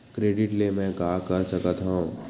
Credit ले मैं का का कर सकत हंव?